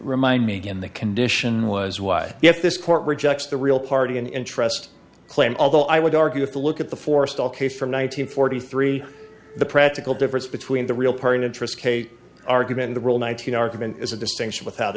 remind me again the condition was why if this court rejects the real party and interest claim although i would argue have to look at the forestall case from one nine hundred forty three the practical difference between the real party interest kate argument in the rule nineteen argument is a distinction without